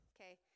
okay